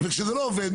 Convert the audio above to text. וכשזה לא עובד,